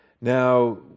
Now